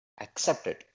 accepted